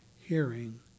hearing